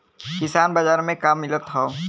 किसान बाजार मे का मिलत हव?